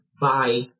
bye